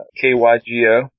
K-Y-G-O